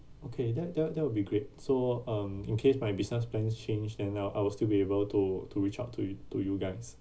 okay that that that will be great so um in case my business plans changed then now I will still be able to to reach out to you to you guys